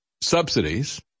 subsidies